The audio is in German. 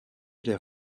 der